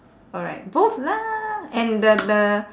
alright both lah and the the